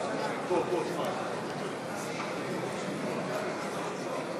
גברתי מזכירת הכנסת.